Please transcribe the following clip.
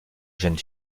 jeune